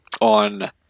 on